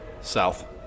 South